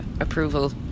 approval